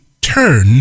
turn